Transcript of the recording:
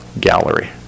Gallery